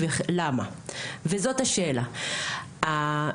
והשאלה היא למה.